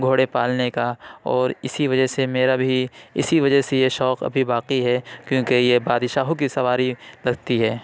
گھوڑے پالنے کا اور اِسی وجہ سے میرا بھی اِسی وجہ سے یہ شوق ابھی باقی ہے کیوں کہ یہ بادشاہوں کی سواری لگتی ہے